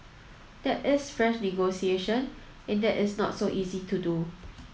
that is fresh negotiation and that is not so easy to do